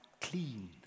clean